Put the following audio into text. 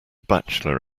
bachelor